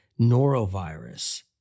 Norovirus